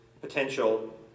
potential